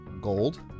Gold